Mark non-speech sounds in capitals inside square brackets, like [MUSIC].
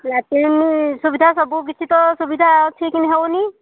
latrine ସୁବିଧା ସବୁ କିଛି ତ ସୁବିଧା ଅଛି [UNINTELLIGIBLE] ହଉନି